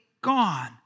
gone